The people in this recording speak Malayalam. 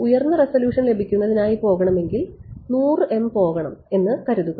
ഉയർന്ന റെസല്യൂഷൻ ലഭിക്കുന്നതിനായി പോകണമെങ്കിൽ 100 m പോകണം എന്ന് കരുതുക